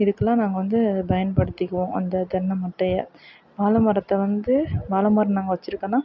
இதுக்கெல்லாம் நாங்கள் வந்து அதை பயன்படுத்திக்குவோம் அந்த தென்னை மட்டையை வாழை மரத்தை வந்து வாழை மரம் நாங்கள் வச்சிருக்கோம்னா